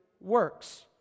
works